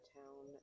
town